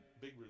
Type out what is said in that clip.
big